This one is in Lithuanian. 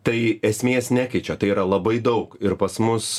tai esmės nekeičia tai yra labai daug ir pas mus